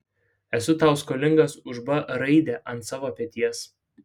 esu tau skolingas už b raidę ant savo peties